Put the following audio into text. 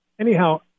Anyhow